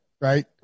Right